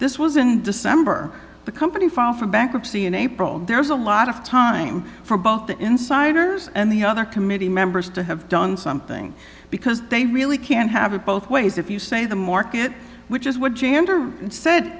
this was in december the company filed for bankruptcy in april there is a lot of time for both the insiders and the other committee members to have done something because they really can't have it both ways if you say the market which is what